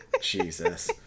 Jesus